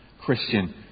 Christian